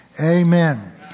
Amen